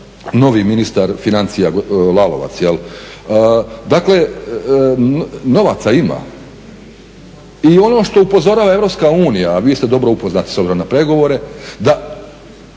novi ministar financija Lalovac. Dakle, novaca ima. I ono što upozorava Europska unija, a vi ste dobro upoznati s obzirom na pregovore da